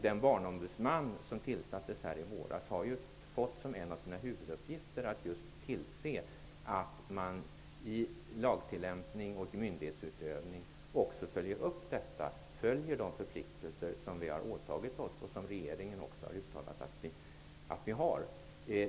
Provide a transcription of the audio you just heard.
Den barnombudsman som tillsattes i våras har fått som en av sina huvuduppgifter att just tillse att man i lagtillämpning och myndighetsutövning följer de förpliktelser som vi har åtagit oss och som regeringen också har uttalat att vi har.